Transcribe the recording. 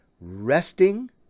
resting